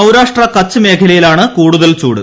സൌരാഷ്ട്ര കച്ച് മേഖലയിലാണ് കൂടുതൽ ചൂട്